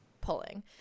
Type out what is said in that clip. pulling